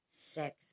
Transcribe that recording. sex